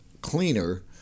cleaner